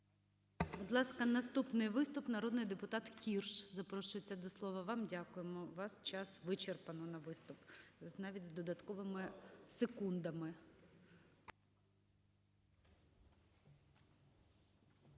Будь ласка, наступний виступ народний депутатКірш запрошується до слова. Вам дякуємо. Ваш час вичерпно на виступ, навіть з додатковими секундами.